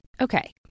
Okay